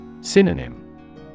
Synonym